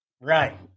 Right